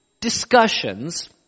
discussions